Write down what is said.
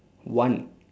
one